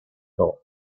thought